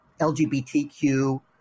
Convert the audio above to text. LGBTQ